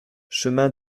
chemin